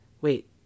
wait